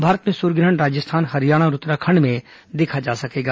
भारत में सूर्य ग्रहण राजस्थान हरियाणा और उत्तराखंड में देखा जा सकेगा